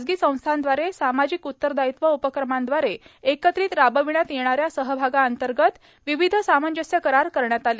शासन आणि खाजगी संस्थांद्वारे सामाजिक उत्तरदायित्व उपक्रमांद्वारे एकत्रित राबविण्यात येणाऱ्या सहभागांतर्गत विविध सामंजस्य करार करण्यात आले